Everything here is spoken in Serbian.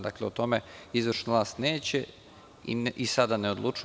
Dakle, o tome izvršna vlast neće i sada ne odlučuje.